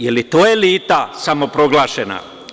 Je li to elita samoproglašena?